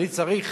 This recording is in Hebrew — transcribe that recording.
אני צריך,